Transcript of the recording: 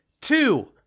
two